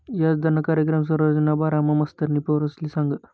याजदरना कार्यकाय संरचनाना बारामा मास्तरनी पोरेसले सांगं